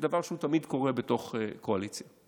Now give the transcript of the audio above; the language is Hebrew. דבר שתמיד קורה בתוך קואליציה,